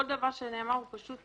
כאן הוא פשוט